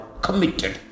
committed